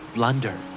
Blunder